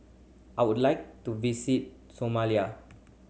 I would like to visit Somalia